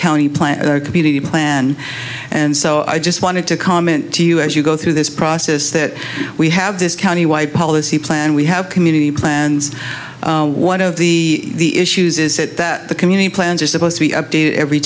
county plan and community plan and so i just wanted to comment to you as you go through this process that we have this county why policy plan we have community plans one of the issues is that that the community plans are supposed to be updated every